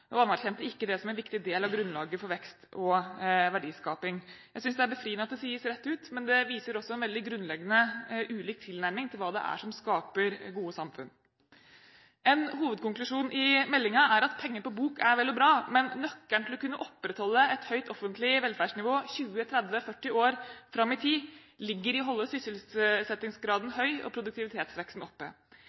og anerkjente ikke det som en viktig del av grunnlaget for vekst og verdiskapning. Jeg synes det er befriende at det sies rett ut, men det viser også en veldig grunnleggende ulik tilnærming til hva det er som skaper gode samfunn. En hovedkonklusjon i meldingen er at penger på bok er vel og bra, men nøkkelen til å kunne opprettholde et høyt offentlig velferdsnivå 20, 30 og 40 år fram i tid ligger i å holde sysselsettingsgraden høy og produktivitetsveksten oppe.